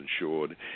insured